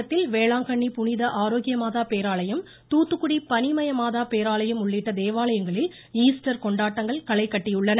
தமிழகத்தில் வேளாங்கண்ணி புனித ஆரோக்யமாதா பேராலயம் தூத்துக்குடி பனிமய மாதா பேராலயம் உள்ளிட்ட தேவாலயங்களில் ஈஸ்டர் கொண்டாட்டங்கள் களை கட்டியுள்ளன